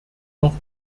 noch